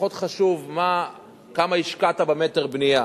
פחות חשוב כמה השקעת במטר בנייה.